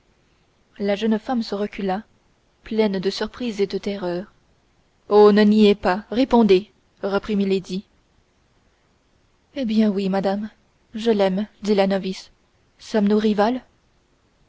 la jeune femme se recula pleine de surprise et de terreur oh ne niez pas répondez reprit milady eh bien oui madame je l'aime dit la novice sommes-nous rivales